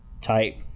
type